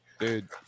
Dude